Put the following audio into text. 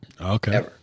Okay